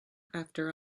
after